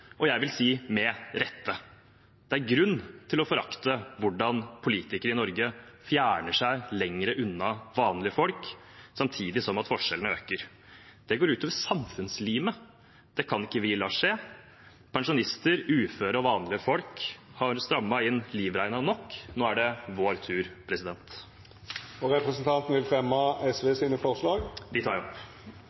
vil jeg si. Det er grunn til å forakte hvordan politikere i Norge fjerner seg lenger fra vanlige folk, samtidig som forskjellene øker. Det går ut over samfunnslimet. Det kan vi ikke la skje. Pensjonister, uføre og vanlige folk har strammet inn livreima nok. Nå er det vår tur. Vil representanten fremja forslaga frå SV? Jeg tar opp SVs forslag. Representanten Freddy André Øvstegård har teke opp